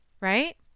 right